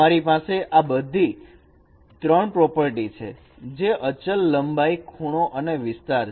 તમારી પાસે આ બીજી ત્રણ પ્રોપર્ટી છે જે અચલ લંબાઈ ખૂણો અને વિસ્તાર છે